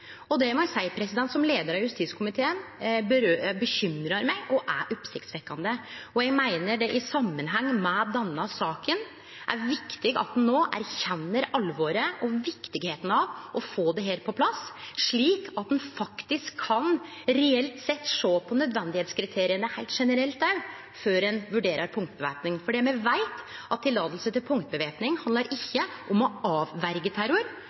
Det må eg, som leiar av justiskomiteen, seie bekymrar meg og er oppsiktsvekkjande. Eg meiner det i samanheng med denne saka er viktig at ein no erkjenner alvoret og viktigheita av å få dette på plass, slik at ein faktisk reelt sett kan sjå på nødvendigheitskriteria der heilt generelt før ein vurderer punktvæpning. For me veit at tillating til punktvæpning ikkje handlar om å avverje terror,